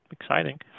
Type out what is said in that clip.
exciting